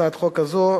הצעת החוק הזאת,